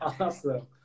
Awesome